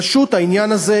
פשוט העניין הזה,